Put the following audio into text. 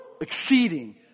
exceeding